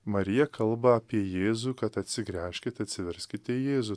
marija kalba apie jėzų kad atsigręžkit atsiverskite jėzų